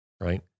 right